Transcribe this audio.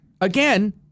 Again